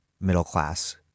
middle-class